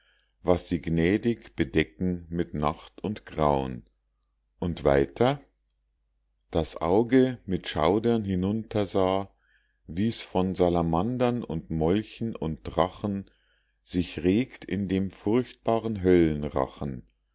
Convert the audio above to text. was sie gnädig bedecken mit nacht und grauen und weiter das auge mit schaudern hinunter sah wie's von salamandern und molchen und drachen sich regt in dem furchtbaren